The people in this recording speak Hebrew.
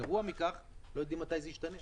גרוע מכך, לא יודעים מתי זה ישתנה.